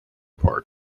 park